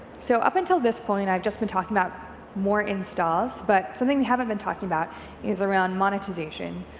so up until this point, i've just been talking about more installs, but something we haven't been talking about is around monetization,